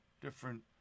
different